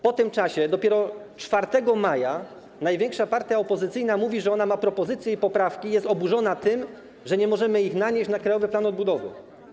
Po tym czasie, dopiero 4 maja, największa partia opozycyjna mówi, że ma propozycje i poprawki, i jest oburzona tym, że nie możemy ich nanieść na Krajowy Plan Odbudowy.